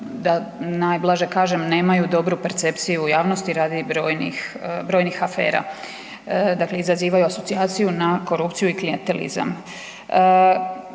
da najblaže kažem, nemaju dobru percepciju u javnosti radi brojnih afera, dakle izazivaju asocijaciju na korupciju i klijentelizam.